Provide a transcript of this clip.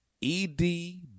E-D